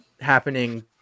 happening